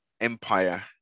empire